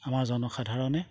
আমাৰ জনসাধাৰণে